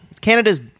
Canada's